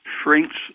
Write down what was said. shrinks